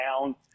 down